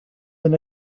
been